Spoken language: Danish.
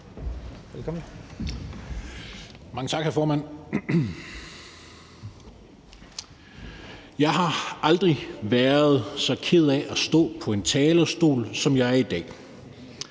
Jeg har aldrig været så ked af at stå på en talerstol, som jeg er i dag.